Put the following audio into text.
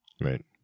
Right